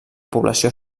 població